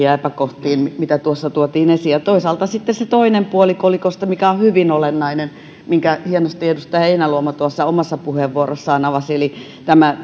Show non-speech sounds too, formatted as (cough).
(unintelligible) ja epäkohtiin mitä tuossa tuotiin esiin ja toisaalta on sitten se toinen puoli kolikosta mikä on hyvin olennainen ja minkä hienosti edustaja heinäluoma tuossa omassa puheenvuorossaan avasi tämä (unintelligible)